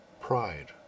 pride